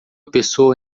pessoa